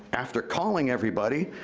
after calling everybody,